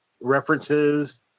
references